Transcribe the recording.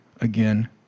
again